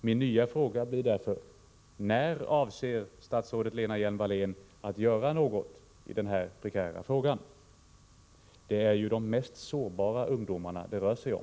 Min nya fråga blir därför: När avser statsrådet Lena Hjelm-Wallén att göra något i den här prekära frågan? Det är ju de mest sårbara ungdomarna det rör sig om.